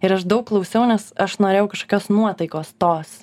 ir aš daug klausiau nes aš norėjau kažkokios nuotaikos tos